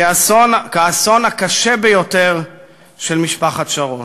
כאסון הקשה ביותר של משפחת שרון.